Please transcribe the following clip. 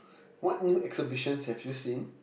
what new exhibitions have you seen